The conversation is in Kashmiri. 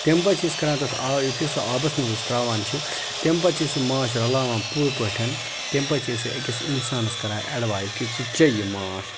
تمہِ پَتہٕ چھِ أسۍ کَران تَتھ آب یُتھُے سُہ آبَس منٛز أسۍ تراوان چھِ تمہِ پَتہٕ چھِ أ سُہ ماچھ رَلاوان پرٕ پٲٹھۍ تمہِ پَتہٕ چھِ أسۍ سُہ أکِس اِنسانَس کَران اٮ۪ڈوایز کہِ ژٕ چےٚ یہِ ماچھ